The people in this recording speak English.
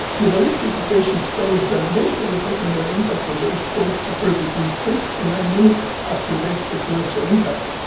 the ballistic equations tell us that most of the secondary impacts on the east coast occurred between six to nine minutes after the extraterrestrial impact.